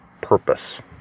purpose